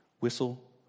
whistle